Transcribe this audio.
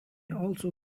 also